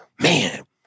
man